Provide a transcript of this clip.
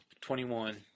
Twenty-one